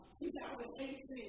2018